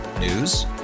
News